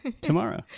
tomorrow